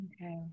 Okay